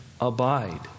abide